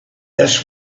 this